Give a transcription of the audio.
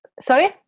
sorry